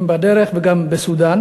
גם בדרך